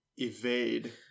evade